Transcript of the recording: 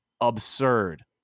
absurd